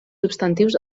substantius